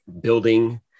building